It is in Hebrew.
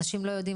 אנשים לא יודעים,